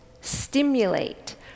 stimulate